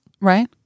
right